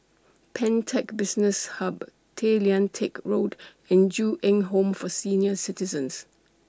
Pantech Business Hub Tay Lian Teck Road and Ju Eng Home For Senior Citizens